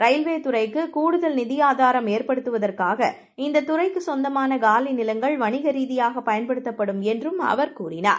ரயில்வேதுறைக்குகூடுதல்நிதிஆதாரம்ஏற்படுத்துவதற் காக இந்ததுறைக்குசொந்தமானகாலிநிலங்கள்வணிகரீதியா கபயன்படுத்தப்படும்என்றும்அவர்தெரிவித்தார்